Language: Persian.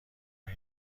های